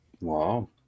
Wow